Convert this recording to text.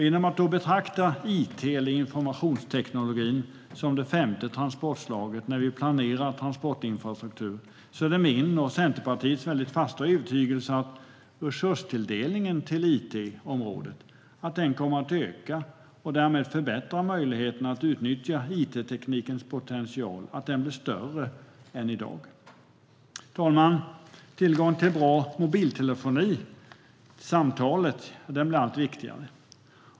Genom att betrakta it - informationsteknologin - som det femte transportslaget när vi planerar transportinfrastruktur är det min och Centerpartiets fasta övertygelse att resurstilldelningen till itområdet kommer att öka, och därmed förbättras möjligheterna att utnyttja informationsteknikens potential, så att den blir större än i dag. Fru talman! Tillgång till bra mobiltelefoni, samtalet, blir allt viktigare.